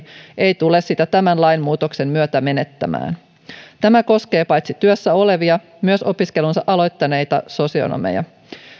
ei tule sitä tämän lain muutoksen myötä menettämään tämä koskee paitsi työssä olevia myös opiskelunsa aloittaneita sosionomeja